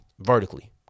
Vertically